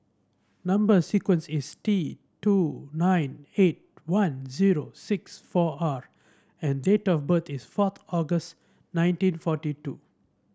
number sequence is T two nine eight one zero six four R and date of birth is fourth August nineteen forty two